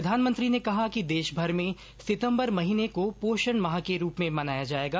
प्रधानमंत्री ने कहा कि देशभर में सितंबर महीने को पोषण माह के रूप में मनाया जाएगा